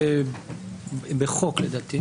בחוק לדעתי.